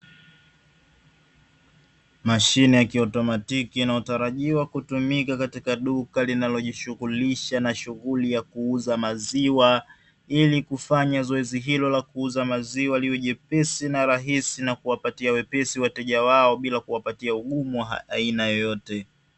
Mashine ya kiotomatiki inayo tarajiwa kutumika katika duka linalo jishughulisha na shughuli ya kuuza maziwa, ili kufanya zoezi hilo la kuuza maziwa liwe jepesi na rahisi na kuwapatia wepesi wateja wao bila kuwapatia ugumu wa aina yoyote.